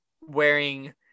wearing